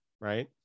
Right